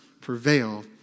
prevail